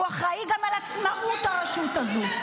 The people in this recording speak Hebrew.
והוא אחראי גם לעצמאות הרשות הזו.